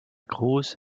cruz